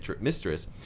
mistress